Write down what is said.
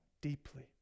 deeply